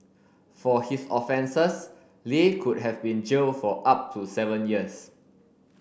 for his offences Li could have been jailed for up to seven years